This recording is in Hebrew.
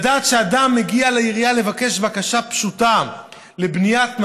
לדעת שאדם מגיע לעירייה לבקש בקשה פשוטה לבניית ממ"ד,